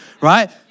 right